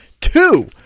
two